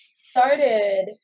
started